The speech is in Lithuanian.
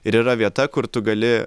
ir yra vieta kur tu gali